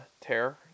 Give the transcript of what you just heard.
tear